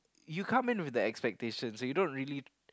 you come in with the expectation so you don't really